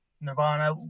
Nirvana